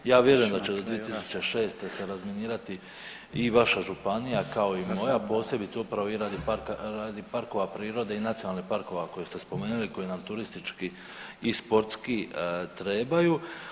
Ja vjerujem da će do 2006. se razminirati i vaša županija kao i moja, posebice upravo i radi parkova prirode i nacionalnih parkova koje ste spomenuli koji nam turistički i sportski trebaju.